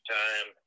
time